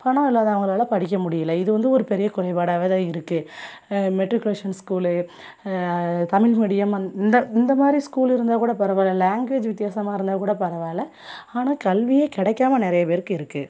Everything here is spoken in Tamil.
பணம் இல்லாதவங்களால் படிக்க முடியலை இது வந்து ஒரு பெரிய குறைபாடாகவேதான் இருக்குது மெட்ரிகுலேஷன் ஸ்கூலு தமிழ் மீடியம் அந் இந்த இந்தமாதிரி ஸ்கூலு இருந்தாக்கூட பரவாயில்ல லாங்குவேஜ் வித்தியாசமாக இருந்தாக்கூட பரவாயில்ல ஆனால் கல்வியே கிடைக்காம நிறைய பேருக்கு இருக்குது